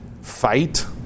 fight